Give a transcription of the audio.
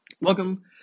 Welcome